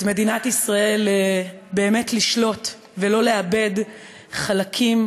את מדינת ישראל באמת לשלוט ולא לאבד חלקים